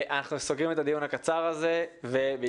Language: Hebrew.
אנחנו סוגרים את הדיון הקצר הזה ובעיקר